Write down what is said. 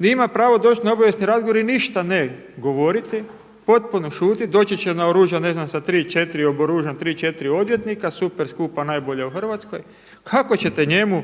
ima pravo doći na obavijesni razgovor i ništa ne govoriti, potpuno šutjeti, doći će naoružan ne znam sa 3, 4, oboružan 3, 4 odvjetnika, super skupa, najbolja u Hrvatskoj, kako ćete njemu